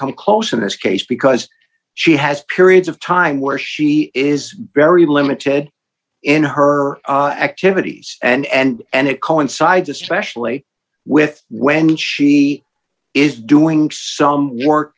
come close in this case because she has periods of time where she is very limited in her activities and it coincides especially with when she is doing some work